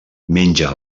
menja